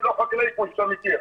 העדר תכנון,